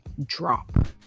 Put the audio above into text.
drop